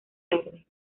tarde